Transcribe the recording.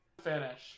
Finish